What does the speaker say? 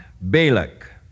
Balak